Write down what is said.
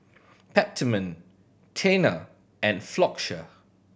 Peptamen Tena and Floxia